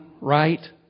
right